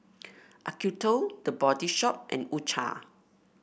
Acuto The Body Shop and U Cha